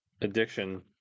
addiction